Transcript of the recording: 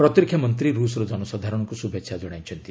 ପ୍ରତିରକ୍ଷା ମନ୍ତ୍ରୀ ରୁଷର ଜନସାଧାରଣଙ୍କୁ ଶୁଭେଚ୍ଛା ଜଣାଇଛନ୍ତି